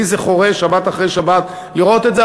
לי זה חורה שבת אחרי שבת לראות את זה,